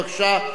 בבקשה.